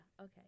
okay